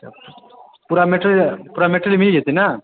पूरा मेटेरीयल पूरा मेटेरियल मिल जयतै ने